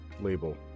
Label